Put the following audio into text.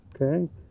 okay